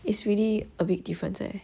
it's really a big difference eh